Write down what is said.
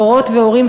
הורות והורים,